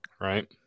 right